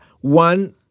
one